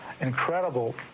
incredible